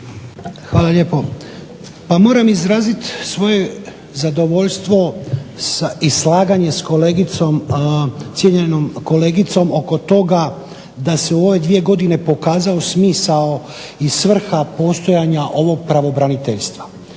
Hvala lijepo. Pa moram izrazit svoje zadovoljstvo i slaganje s kolegicom, cijenjenom kolegicom oko toga da se u ove dvije godine pokazao smisao i svrha postojanja ovog pravobraniteljstva.